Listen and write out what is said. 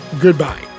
Goodbye